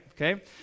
Okay